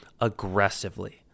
aggressively